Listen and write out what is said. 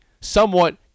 somewhat